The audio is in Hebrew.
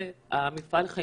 לא מקובל עליי